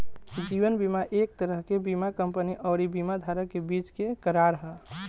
जीवन बीमा एक तरह के बीमा कंपनी अउरी बीमा धारक के बीच के करार ह